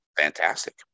Fantastic